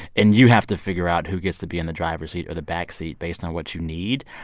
and you have to figure out who gets to be in the driver's seat or the back seat based on what you need.